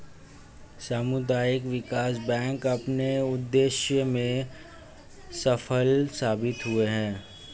सामुदायिक विकास बैंक अपने उद्देश्य में सफल साबित हुए हैं